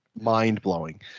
mind-blowing